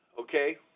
okay